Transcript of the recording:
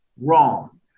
wrong